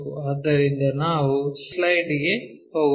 ಆದ್ದರಿಂದ ನಾವು ಸ್ಲೈಡ್ ಗೆ ಹೋಗೋಣ